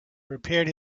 prepared